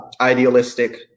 idealistic